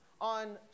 on